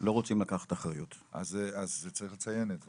לא רוצים לקחת אחריות, אז צריך לציין את זה.